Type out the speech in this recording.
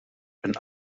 een